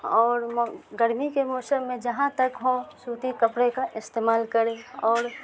اور گرمی کے موسم میں جہاں تک ہو سوتی کپڑے کا استعمال کرے اور